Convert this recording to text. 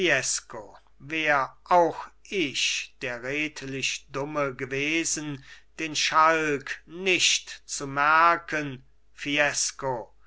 wär auch ich der redlichdumme gewesen den schalk nicht zu merken